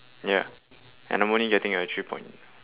ya and I'm only getting a three point